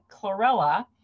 chlorella